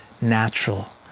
natural